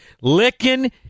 licking